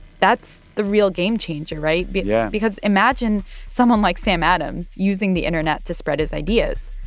that's the real game changer, right? but yeah because imagine someone like sam adams using the internet to spread his ideas.